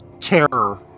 terror